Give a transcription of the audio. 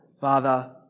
Father